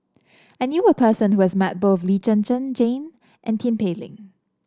I knew a person who has met both Lee Zhen Zhen Jane and Tin Pei Ling